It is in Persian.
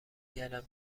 کردم